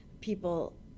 people